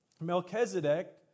Melchizedek